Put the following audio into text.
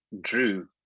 Drew